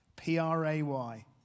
P-R-A-Y